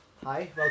Hi